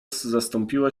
zastąpiła